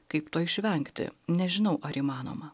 kaip to išvengti nežinau ar įmanoma